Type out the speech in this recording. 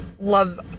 Love